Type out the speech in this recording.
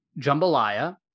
jambalaya